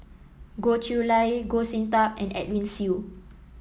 Goh Chiew Lye Goh Sin Tub and Edwin Siew